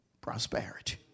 Prosperity